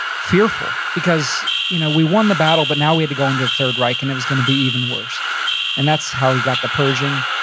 fearful because you know we won the battle, but now we had to go into the third reich, and it was gonna be even worse and that's how he got the pershing.